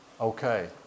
okay